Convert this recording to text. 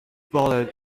ballad